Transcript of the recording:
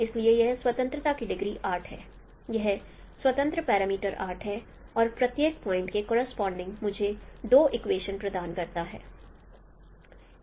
इसलिए यह स्वतंत्रता की डिग्री 8 है या स्वतंत्र पैरामीटर 8 है और प्रत्येक पॉइंट के करोसपोंडिंग मुझे 2 इक्वेशन प्रदान करता है